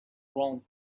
round